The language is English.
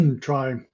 Try